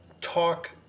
talk